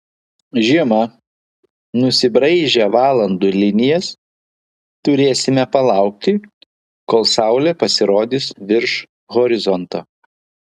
žiemą nusibraižę valandų linijas turėsime palaukti kol saulė pasirodys virš horizonto